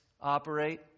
operate